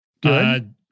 Good